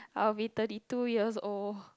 I will be thirty two years old